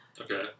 Okay